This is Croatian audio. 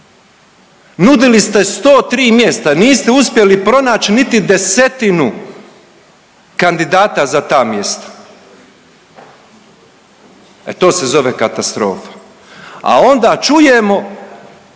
Nudili ste 103 mjesta, niste uspjeli pronaći niti desetinu kandidata za ta mjesta. E to se zove katastrofa, a onda čujemo